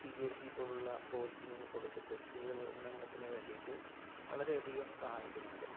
P S C പോലുള്ള coaching കൊടുത്തിട്ട് സ്ത്രീകളുടെ ഉന്നമനത്തിന് വേണ്ടിയിട്ട് വളരെ അധികം സഹായിക്കുന്നുണ്ട്